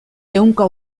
ehunka